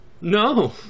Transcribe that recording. No